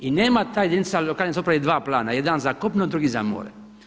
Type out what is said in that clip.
I nema ta jedinica lokalne samouprave dva plana, jedan za kopno a drugi za more.